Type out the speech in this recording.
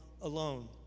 alone